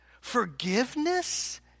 Forgiveness